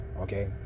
okay